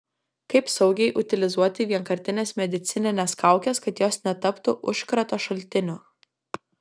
kaip saugiai utilizuoti vienkartines medicinines kaukes kad jos netaptų užkrato šaltiniu